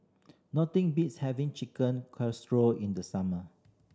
nothing beats having Chicken Casserole in the summer